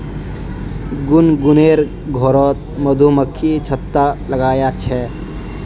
गुनगुनेर घरोत मधुमक्खी छत्ता लगाया छे